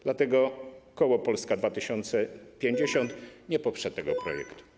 Dlatego koło Polska 2050 nie poprze tego projektu.